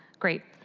great.